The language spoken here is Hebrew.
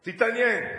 תתעניין.